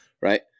right